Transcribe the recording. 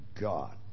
God